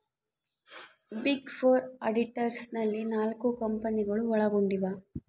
big four auditors ನಲ್ಲಿ ನಾಲ್ಕು ಕಂಪನಿಗಳು ಒಳಗೊಂಡಿವ